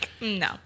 no